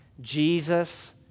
Jesus